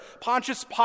Pontius